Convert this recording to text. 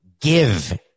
give